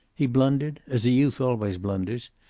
he blundered, as youth always blunders,